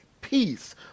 peace